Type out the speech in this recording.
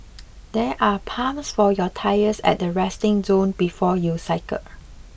there are pumps for your tyres at the resting zone before you cycle